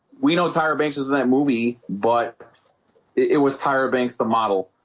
we know tyra banks is in that movie, but it was tyra banks the model